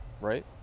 right